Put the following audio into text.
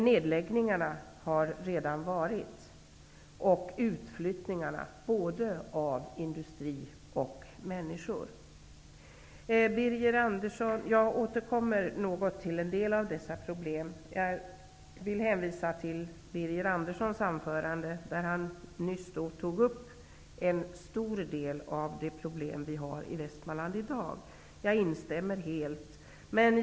Nedläggningarna har redan genomförts, och utflyttningarna av både industri och människor har genomförts. Jag återkommer till en del av dessa problem. Jag vill hänvisa till Birger Anderssons anförande. Han tog nyss upp en stor del av de problem som finns i Västmanland i dag. Jag instämmer helt i hans uppfattning.